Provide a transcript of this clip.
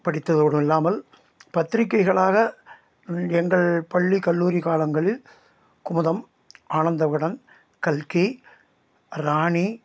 படித்ததோடும் இல்லாமல் பத்திரிகைகளாக எங்கள் பள்ளி கல்லூரி காலங்களில் குமுதம் ஆனந்த விகடன் கல்கி ராணி